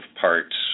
parts